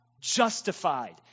justified